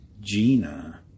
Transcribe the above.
Gina